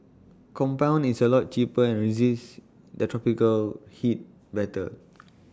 compound is A lot cheaper and resists the tropical heat better